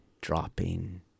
dropping